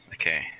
okay